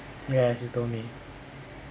yes you told me